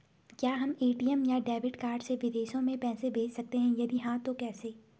क्या हम ए.टी.एम या डेबिट कार्ड से विदेशों में पैसे भेज सकते हैं यदि हाँ तो कैसे?